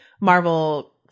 Marvel